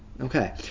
Okay